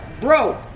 Bro